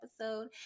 episode